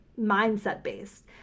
mindset-based